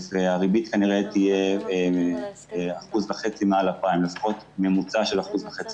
הריבית כנראה תהיה לפחות ממוצע של 1.5%